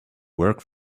work